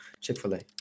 Chick-fil-A